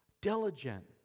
diligent